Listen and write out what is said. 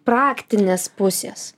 praktinės pusės